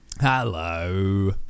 Hello